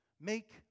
Make